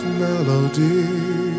melody